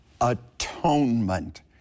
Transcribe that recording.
atonement